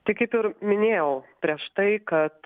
tai kaip ir minėjau prieš tai kad